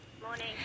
Morning